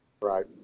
Right